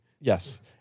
Yes